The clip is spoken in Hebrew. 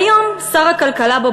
היום בבוקר שר הכלכלה,